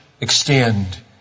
extend